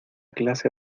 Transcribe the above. clase